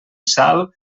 sal